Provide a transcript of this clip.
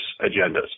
agendas